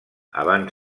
abans